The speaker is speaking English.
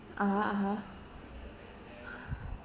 (uh huh) (uh huh)